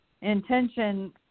intention